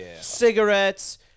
cigarettes